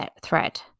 thread